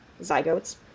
zygotes